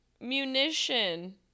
Munition